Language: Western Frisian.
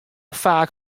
faak